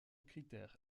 critère